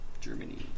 Germany